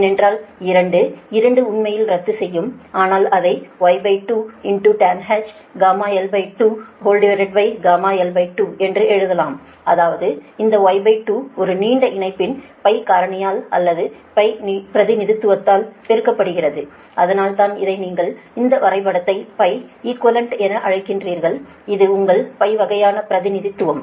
ஏனெனில் 2 2 உண்மையில் ரத்து செய்யும் ஆனால் அதை Y2 tanh γl2 γl2 என்று எழுதலாம் அதாவது இந்த Y2 ஒரு நீண்ட இணைப்பின் காரணியால் அல்லது பிரதிநிதித்துவதால் பெருக்கப்படுகிறது அதனால்தான் இதை நீங்கள் இந்த வரைபடத்தை இகுவேளன்ட் என அழைக்கிறீர்கள் இது உங்கள் வகையான பிரதிநிதித்துவம்